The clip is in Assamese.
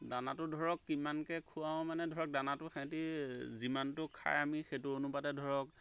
দানাটো ধৰক কিমানকৈ খুৱাওঁ মানে ধৰক দানাটো সিহঁতি যিমানটো খায় আমি সেইটো অনুপাতে ধৰক